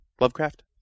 Lovecraft